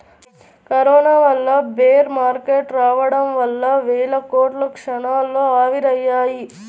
corona వల్ల bear market రావడం వల్ల వేల కోట్లు క్షణాల్లో ఆవిరయ్యాయి